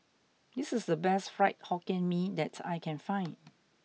this is the best Fried Hokkien Mee that I can find